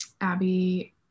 Abby